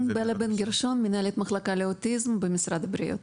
בלה בן גרשון, מנהלת מחלקה לאוטיזם במשרד הבריאות.